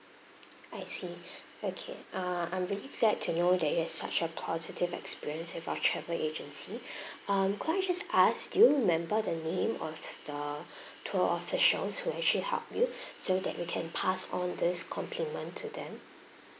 I see okay uh I'm really glad to know that you had such a positive experience with our travel agency um could I just ask do you remember the name of the tour of the shows who actually help you so that we can pass on this compliment to them